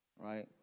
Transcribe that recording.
right